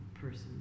person